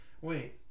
Wait